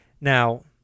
now